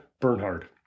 Bernhard